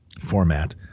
format